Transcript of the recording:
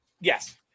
Yes